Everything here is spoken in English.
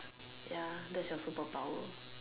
ya that's your superpower